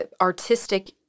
artistic